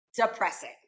depressing